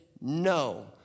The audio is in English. no